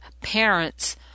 parents